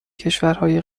کشورهای